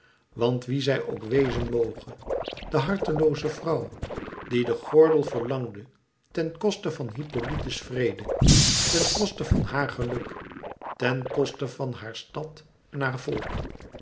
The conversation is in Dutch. want wie zij ook wezen moge de hartlooze vrouw die den gordel verlangde ten koste van hippolyte's vrede ten koste van haar geluk ten koste van haar stad en haar volk